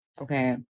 Okay